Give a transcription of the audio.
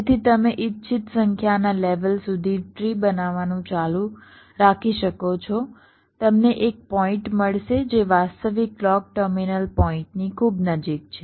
તેથી તમે ઇચ્છિત સંખ્યાના લેવલ સુધી ટ્રી બનાવવાનું ચાલુ રાખી શકો છો તમને એક પોઇન્ટ મળશે જે વાસ્તવિક ક્લૉક ટર્મિનલ પોઇન્ટની ખૂબ નજીક છે